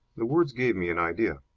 the words gave me an idea.